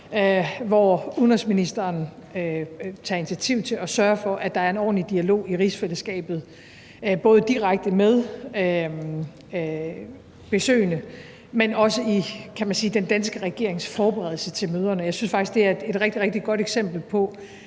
hvor udenrigsministeren tager initiativ til at sørge for, at der er en ordentlig dialog i rigsfællesskabet både direkte med besøgende, men også i, kan man sige den danske regerings forberedelse til møderne. Jeg synes faktisk, det er et rigtig, rigtig godt eksempel på,